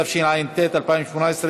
התשע"ט 2018,